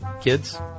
kids